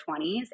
20s